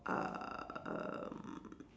uh erm